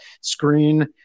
screen